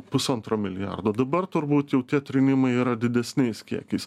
pusantro milijardo dabar turbūt jau tie trėmimai yra didesniais kiekiais